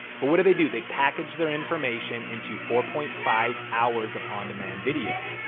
but what did they do? they packaged their information into four point five hours of on demand video.